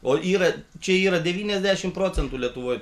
o yra čia yra devyniasdešimt procentų lietuvoj